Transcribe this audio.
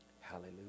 Hallelujah